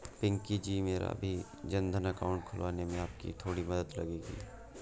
पिंकी जी मेरा भी जनधन अकाउंट खुलवाने में आपकी थोड़ी मदद लगेगी